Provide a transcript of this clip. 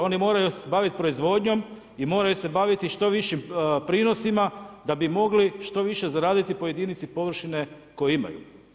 Oni moraju se bavit proizvodnjom i moraju se baviti što višim prinosima da bi mogli što više zaraditi po jedinici površine koju imaju.